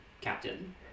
captain